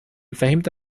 فهمت